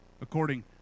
according